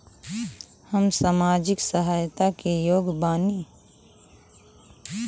हम सामाजिक सहायता के योग्य बानी?